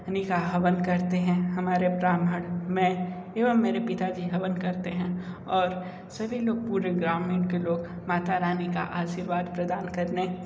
रानी का हवन करते हैं हमारे ब्राह्मण में एवं मेरे पिता जी हवन करते हैं और सभी लोग पूरे ग्रामीण के लोग मातारानी का आशीर्वाद प्रदान करने